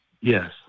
Yes